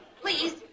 please